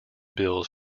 bills